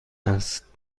است